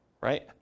Right